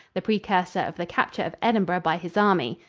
the precursor of the capture of edinburgh by his army.